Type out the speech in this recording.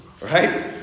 right